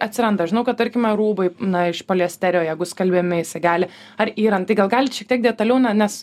atsiranda žinau kad tarkime rūbai na iš poliesterio jeigu skalbiami jisai gali ar yrant tai gal galit šiek tiek detaliau nes